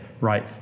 right